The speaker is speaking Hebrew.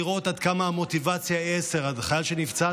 לראות עד כמה המוטיבציה היא עשר: חייל שנפצע,